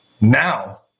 Now